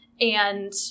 and-